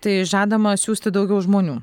tai žadama siųsti daugiau žmonių